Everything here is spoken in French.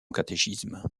catéchisme